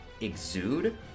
exude